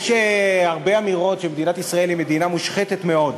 יש הרבה אמירות שמדינת ישראל היא מדינה מושחתת מאוד.